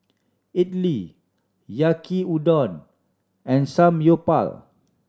Idili Yaki Udon and Samgyeopsal